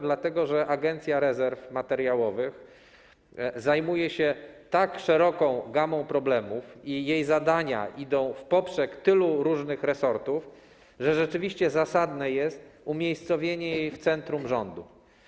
Dlatego, że Agencja Rezerw Materiałowych zajmuje się tak szeroką gamą problemów i jej zadania idą w poprzek tylu różnych resortów, że rzeczywiście zasadne jest umiejscowienie jej w centrum rządu.